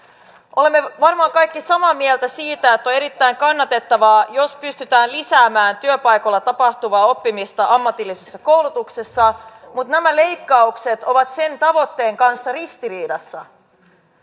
olemme varmaan kaikki samaa mieltä siitä että on erittäin kannatettavaa jos pystytään lisäämään työpaikoilla tapahtuvaa oppimista ammatillisessa koulutuksessa mutta nämä leikkaukset ovat sen tavoitteen kanssa ristiriidassa